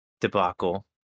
debacle